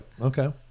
okay